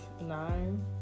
nine